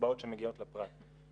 בקצבאות שמגיעות לפרט.